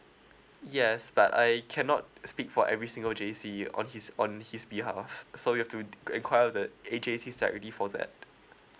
yes but I cannot speak for every single J_C on his on his behalf so you've to inquire the A_J_C that really for that